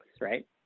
right